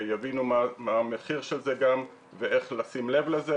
מה המחיר של זה גם ואיך לשים לב לזה,